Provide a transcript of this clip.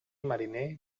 mariner